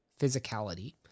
physicality